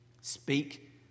Speak